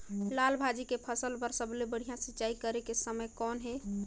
लाल भाजी के फसल बर सबले बढ़िया सिंचाई करे के समय कौन हे?